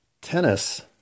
tennis